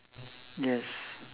yes